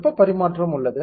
வெப்ப பரிமாற்றம் உள்ளது